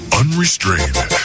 unrestrained